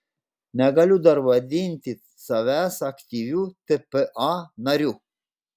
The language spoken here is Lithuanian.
negaliu dar vadinti savęs aktyviu tpa nariu